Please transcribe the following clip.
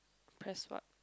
press what